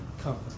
comfort